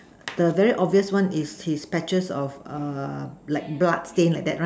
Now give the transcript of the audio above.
the very obvious one is his patches of err black blood stain like that right